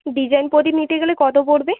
design প্রদীপ নিতে গেলে কত পড়বে